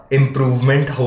improvement